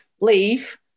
leave